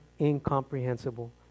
Incomprehensible